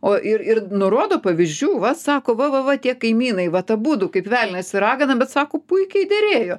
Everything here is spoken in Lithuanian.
o ir ir nurodo pavyzdžių va sako va va va tie kaimynai vat abudu kaip velnias ir ragana bet sako puikiai derėjo